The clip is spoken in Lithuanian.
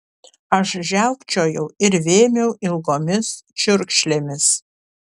aš žiaukčiojau ir vėmiau ilgomis čiurkšlėmis